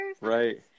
Right